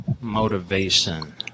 motivation